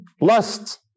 lust